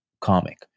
comic